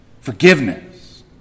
Forgiveness